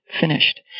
finished